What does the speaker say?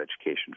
education